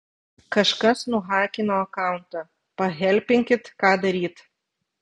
kažkas nuhakino akauntą pahelpinkit ką daryt